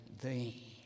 thee